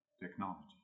technology